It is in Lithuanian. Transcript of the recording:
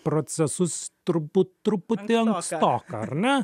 procesus trupur truputį ankstoka ar ne